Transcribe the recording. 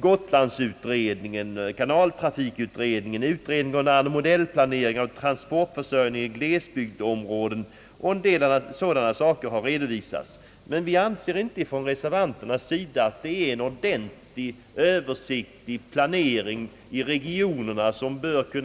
gotlandstrafikutredningen, kanaltrafikutredningen, utredningen angående modellplanering av transportförsörjningen i glesbygdsområden och andra utredningar, men vi reservanter anser att en verklig översikt och planering beträffande de olika regionerna inte föreligger.